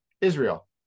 Israel